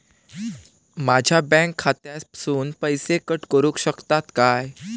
माझ्या बँक खात्यासून पैसे कट करुक शकतात काय?